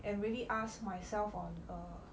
and really ask myself on err